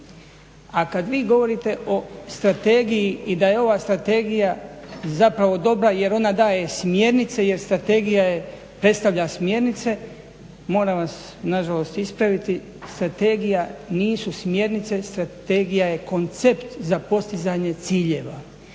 A kada vi govorite o strategiji i da je ova strategija zapravo dobra jer ona daje smjernice jer strategija je, predstavlja smjernice, moram vas nažalost ispraviti strategija nisu smjernice, strategija je koncept za postizanje ciljeva.